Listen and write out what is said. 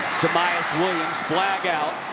williams. flag out.